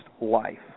life